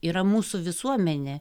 yra mūsų visuomenė